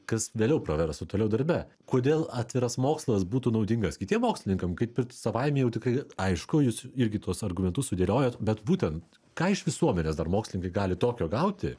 kas vėliau praverstų toliau darbe kodėl atviras mokslas būtų naudingas kitiem mokslininkam kaip ir savaime jau tikrai aišku jūs irgi tuos argumentus sudėliojot bet būtent ką iš visuomenės dar mokslininkai gali tokio gauti